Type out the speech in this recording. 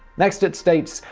next it states,